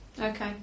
Okay